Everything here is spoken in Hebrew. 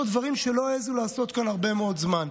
דברים שלא העזו לעשות כאן הרבה מאוד זמן.